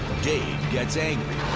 dave gets angry.